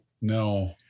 no